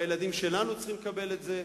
והילדים שלנו צריכים לקבל את זה.